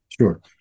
Sure